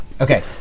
Okay